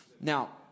Now